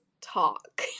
talk